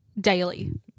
daily